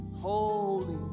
holy